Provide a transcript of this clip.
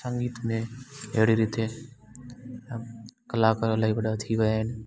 संगीत में अहिड़ी रीते कलाकार अलाई वॾा थी विया आहिनि